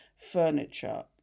furniture